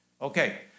Okay